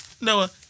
Noah